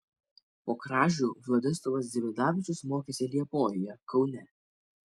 po kražių vladislovas dzimidavičius mokėsi liepojoje kaune